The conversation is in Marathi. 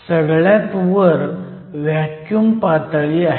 सगळ्यात वर व्हॅक्युम पातळी आहे